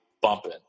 bumping